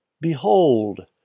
Behold